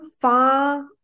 far